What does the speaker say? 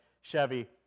Chevy